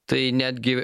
tai netgi